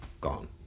Gone